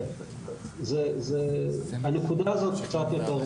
תראה, הנקודה הזאת קצת יותר מורכבת.